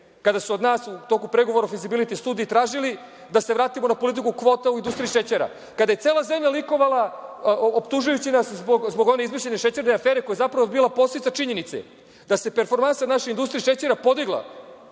kada su od nas u toku pregovora u Fizibiliti studiji tražili da se vratimo na politiku kvota u industriji šećera, kada je cela zemlja likovala optužujući nas zbog one izmišljene „šećerne afere“, koja je zapravo bila posledica činjenice da se performansa u našoj industriji šećera podigla